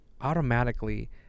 automatically